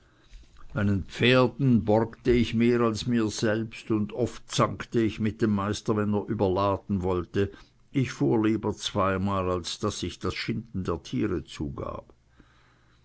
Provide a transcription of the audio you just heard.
meinen pferden borgete ich mehr als mir selbst und oft zankte ich mit dem meister wenn er überladen wollte ich fuhr lieber zweimal als daß ich das schinden der tiere zugab